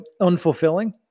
unfulfilling